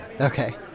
Okay